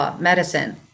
medicine